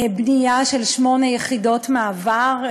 בנייה של שמונה יחידות מעבר,